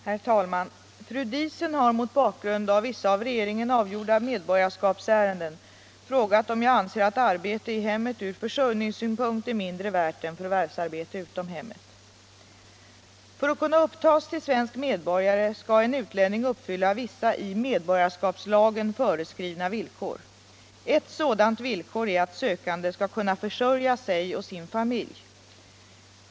Herr talman! Fru Diesen har mot bakgrund av vissa av regeringen avgjorda medborgarskapsärenden frågat om jag anser att arbete i hemmet ur försörjningssynpunkt är mindre värt än förvärvsarbete utom hemmet. För att kunna upptas till svensk medborgare skall en utlänning uppfylla vissa i medborgarskapslagen föreskrivna villkor. Ett sådant villkor är att sökanden skall kunna försörja sig och sin familj.